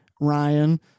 Ryan